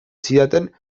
zidaten